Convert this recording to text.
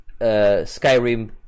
Skyrim